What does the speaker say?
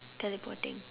teleporting